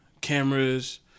cameras